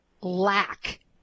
lack